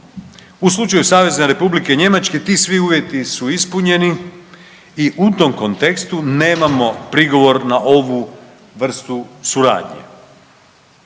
U slučaju SR Njemačke ti svi uvjeti su ispunjeni i u tom kontekstu nemamo prigovor na ovu vrstu suradnje.